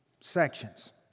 sections